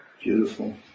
Beautiful